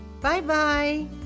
Bye-bye